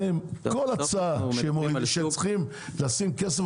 כל הצעה שבה צריכים לשים כסף,